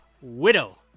Widow